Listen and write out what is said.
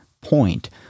point